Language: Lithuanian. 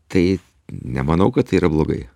tai nemanau kad tai yra blogai